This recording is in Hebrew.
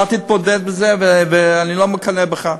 אתה תתמודד עם זה, ואני לא מקנא בך.